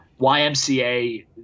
YMCA